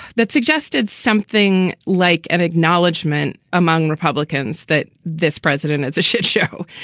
that suggested something like an acknowledgement among republicans that this president is a shit show.